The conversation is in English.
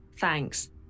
thanks